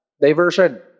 diversion